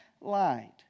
light